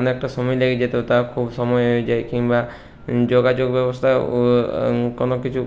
অনেকটা সময় লেগে যেতো তা খুব সময়ে হয়ে যায় কিংবা যোগাযোগ ব্যবস্থা ও কোনো কিছু